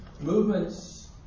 movements